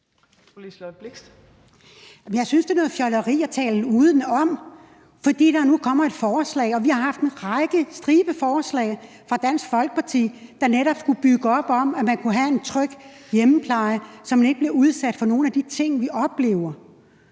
Jeg synes, det er noget fjolleri at tale udenom, fordi der nu kommer et forslag. Vi har i Dansk Folkeparti haft en stribe forslag, der netop skulle være med til at opbygge, at vi kunne have en tryg hjemmepleje, så man ikke blev udsat for nogle af de ting, vi oplever.